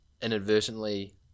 inadvertently